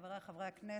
חבריי חברי הכנסת,